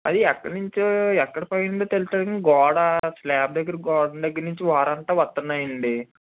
అది ఎక్కడి నుంచి ఎక్కడ పోయిందో తెలుస్తలేదు కానీ గోడ స్లాబ్ దగ్గర గోడ దగ్గర నుంచి వారంతా వస్తున్నాయి అండి